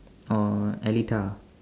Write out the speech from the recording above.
or eletah